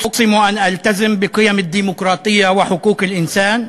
מצהיר אמונים לדמוקרטיה וזכויות אדם,